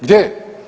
Gdje je?